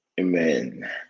Amen